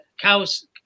cows